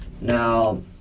Now